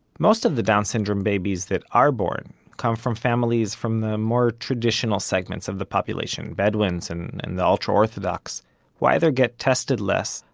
most of the down syndrome babies that are born come from families from the more traditional segments of the population bedouins and and the ultra-orthodox who either get tested less,